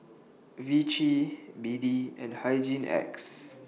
Vichy B D and Hygin X